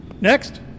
next